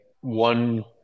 one